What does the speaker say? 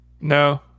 No